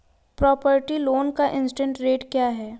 Property loan का interest rate क्या है?